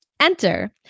Enter